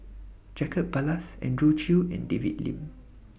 Jacob Ballas Andrew Chew and David Lim